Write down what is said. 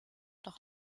noch